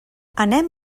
anem